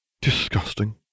Disgusting